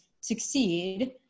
Succeed